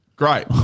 Great